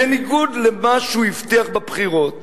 בניגוד למה שהוא הבטיח בבחירות,